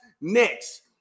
next